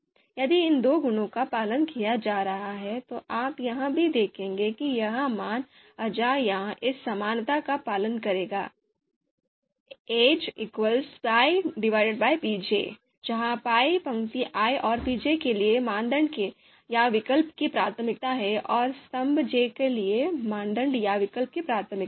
यदि इन दो गुणों का पालन किया जा रहा है तो आप यह भी देखेंगे कि यह मान अजा यह इस समानता का पालन करेगा aij pi pj जहां पाई पंक्ति i और pj के लिए मानदंड या विकल्प की प्राथमिकता है और स्तंभ j के लिए मानदंड या विकल्प की प्राथमिकता है